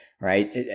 right